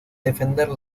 defender